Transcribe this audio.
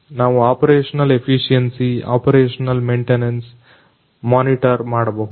ನಾವು operational efficiency operational maintenance monitor ಮಾಡಬಹುದು